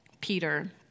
Peter